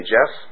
Jeff